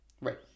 Right